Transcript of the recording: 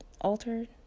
altered